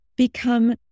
become